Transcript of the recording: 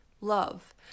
love